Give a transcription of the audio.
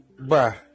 Bruh